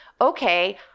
okay